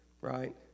right